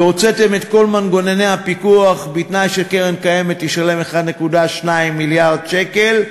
והוצאתם את כל מנגנוני הפיקוח בתנאי שקרן קיימת תשלם 1.2 מיליארד שקל,